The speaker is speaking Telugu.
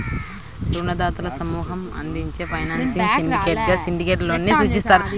రుణదాతల సమూహం అందించే ఫైనాన్సింగ్ సిండికేట్గా సిండికేట్ లోన్ ని సూచిస్తారు